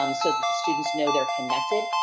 um so that the students know they're connected,